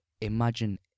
imagine